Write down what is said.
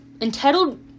entitled